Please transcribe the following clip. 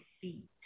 feet